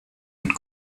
und